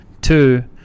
Two